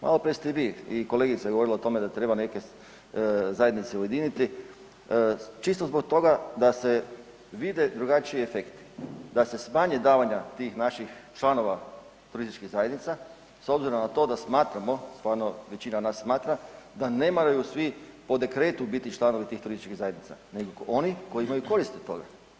Maloprije ste vi i kolegica je govorila o tome da treba neke zajednice ujediniti čisto zbog toga da se vide drugačiji efekti, da se smanje davanja tih naših članova turističkih zajednica s obzirom na to da smatramo, stvarno većina nas smatra, da ne moraju svi po dekretu biti članovi tih turističkih zajednica nego oni koji imaju koristi od toga.